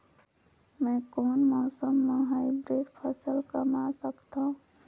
मै कोन मौसम म हाईब्रिड फसल कमा सकथव?